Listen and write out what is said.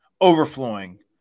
overflowing